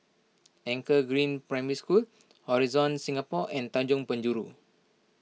Anchor Green Primary School Horizon Singapore and Tanjong Penjuru